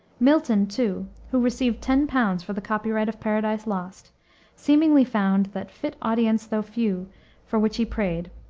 milton, too who received ten pounds for the copyright of paradise lost seemingly found that fit audience though few for which he prayed,